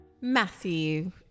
Matthew